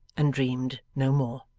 and dreamed no more.